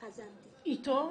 איתו?